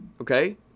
okay